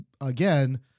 again